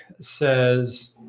says